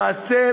למעשה,